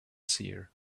seer